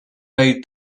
bade